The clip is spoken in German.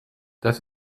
das